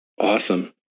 Awesome